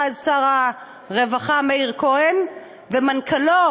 שר הרווחה מאיר כהן ומנכ"לו